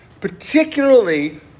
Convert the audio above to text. particularly